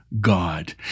God